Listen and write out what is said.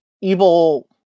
evil